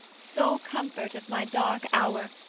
sole comfort of my dark hour,